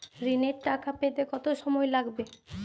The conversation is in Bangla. ঋণের টাকা পেতে কত সময় লাগবে?